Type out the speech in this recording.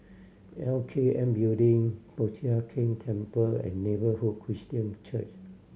L K N Building Po Chiak Keng Temple and Neighbourhood Christian Church